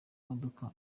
modoka